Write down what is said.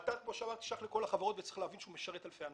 התורן שייך לכל החברות וצריך להבין שהוא משרת אלפי אנשים.